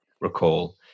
recall